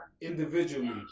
individually